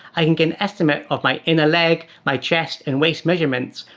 i think an estimate of my inner leg, my chest, and waist measurements,